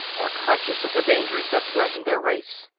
are conscious of the dangers that threaten their race.